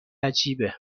عجیبه